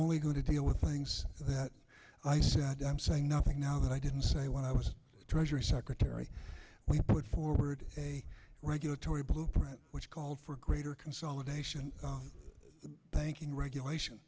only going to deal with things that i said i'm saying nothing now that i didn't say when i was treasury secretary we put forward a regulatory blueprint which called for greater consolidation the banking regulation